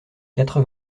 quatre